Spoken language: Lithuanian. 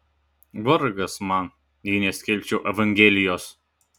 vargas man jei neskelbčiau evangelijos